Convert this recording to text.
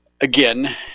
again